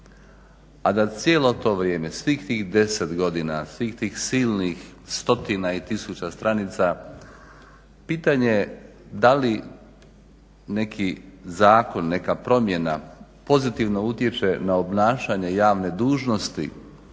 a da cijelo to vrijeme, svih tih 10 godina, svih tih silnih stotina i tisuća stranica pitanje da li neki zakon, neka promjena pozitivno utječe na obnašanje javne dužnosti